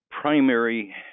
primary